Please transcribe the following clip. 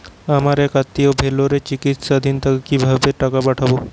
আমার এক আত্মীয় ভেলোরে চিকিৎসাধীন তাকে কি ভাবে টাকা পাঠাবো?